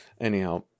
Anyhow